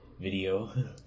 Video